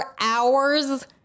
hours